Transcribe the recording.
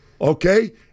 Okay